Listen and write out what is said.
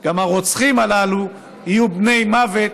גם הרוצחים הללו יהיו בני מוות,